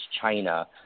china